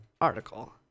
article